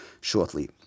shortly